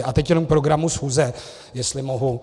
A teď jenom k programu schůze, jestli mohu.